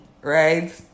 right